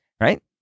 right